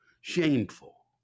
Shameful